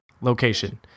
Location